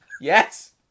Yes